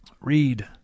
Read